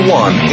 one